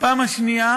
בפעם השנייה